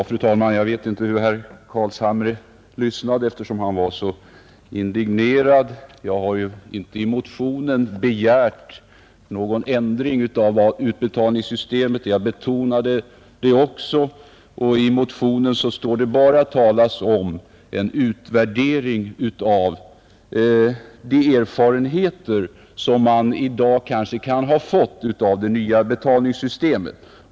Fru talman! Jag vet inte hur herr Carlshamre lyssnade till mitt anförande, eftersom han var så indignerad. Jag har ju i motionen inte begärt någon ändring av utbetalningssystemet, vilket jag också betonat. I motionen talas bara om en utvärdering av de erfarenheter som man i dag kan ha fått av det nya betalningssystemet.